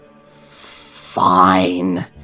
fine